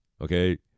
Okay